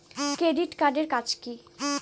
Credit card এর কাজ কি?